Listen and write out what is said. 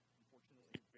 unfortunately